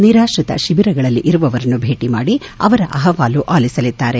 ನಿರಾತ್ರಿತ ಶಿಬಿರಗಳಲ್ಲಿರುವವರನ್ನು ಭೇಟಿ ಮಾಡಿ ಅವರ ಅಹವಾಲು ಅಲಿಸಲಿದ್ದಾರೆ